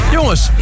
Jongens